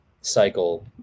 cycle